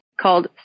called